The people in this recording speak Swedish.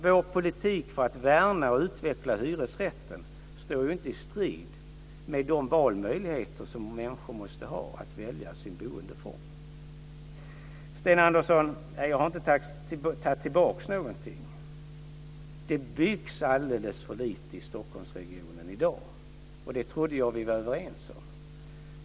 Vår politik för att värna och utveckla hyresrätten står inte i strid med de möjligheter som människor måste ha att välja sin boendeform. Sten Andersson! Jag har inte tagit tillbaka någonting. Det byggs alldeles för lite i Stockholmsregionen i dag. Det trodde jag att vi var överens om.